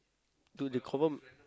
dude they confirm